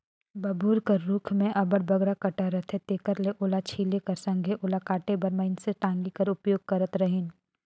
बबूर कर रूख मे अब्बड़ बगरा कटा रहथे तेकर ले ओला छोले कर संघे ओला काटे बर मइनसे टागी कर उपयोग करत रहिन